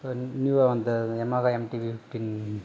இப்போ நியூவாக வந்தது எமெகா எம்டி வி ஃபிஃப்டின்